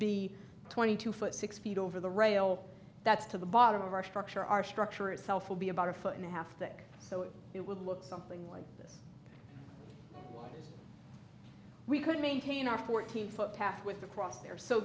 be twenty two foot six feet over the rail that's to the bottom of our structure our structure itself will be about a foot and a half thick so it would look something like this we could maintain our fourteen foot path with the cross there so